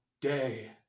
Day